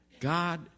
God